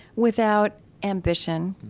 without ambition.